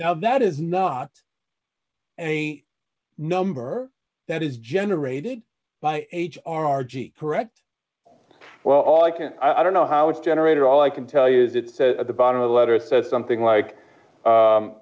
now that is not any number that is generated by h r r g correct well all i can i don't know how it's generated all i can tell you is it says at the bottom of the letter says something like